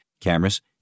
cameras